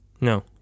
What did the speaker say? No